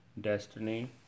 Destiny